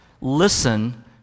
Listen